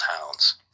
towns